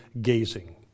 gazing